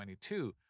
2022